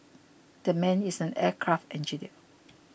that man is an aircraft engineer